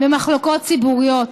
במחלוקות ציבוריות.